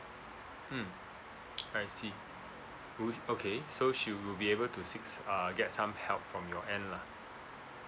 mm I see wou~ okay so she will be able to seeks uh get some help from your end lah